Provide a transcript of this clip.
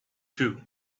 too